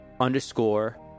underscore